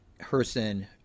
Herson